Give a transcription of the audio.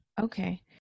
Okay